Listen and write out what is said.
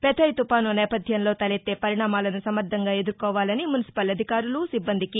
Phethai తుపాను నేపథ్యంలో తలెత్తే పరిణామాలను సమర్గంగా ఎదుర్కోవాలని మున్సిపల్ అధికారులు సిబ్బందికి